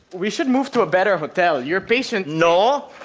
we should move to a better hotel. you're patient nor.